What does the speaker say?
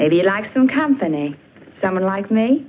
maybe like some company someone like me